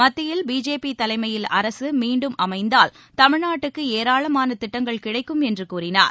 மத்தியில் பிஜேபி தலைமையில் அரசு மீண்டும் அமைந்தால் தமிழ்நாட்டுக்கு ஏராளமான திட்டங்கள் கிடைக்கும் என்று கூறினார்